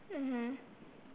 mmhmm